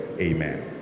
Amen